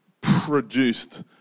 produced